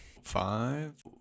Five